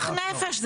זה אמרת.